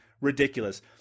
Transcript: ridiculous